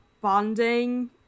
bonding